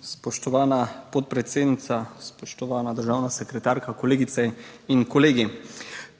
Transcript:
Spoštovana podpredsednica, spoštovana državna sekretarka, kolegice in kolegi!